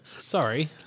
Sorry